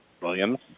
Williams